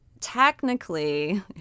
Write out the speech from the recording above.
technically